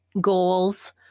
goals